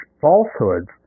falsehoods